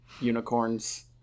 unicorns